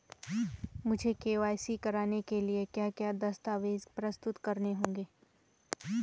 मुझे के.वाई.सी कराने के लिए क्या क्या दस्तावेज़ प्रस्तुत करने होंगे?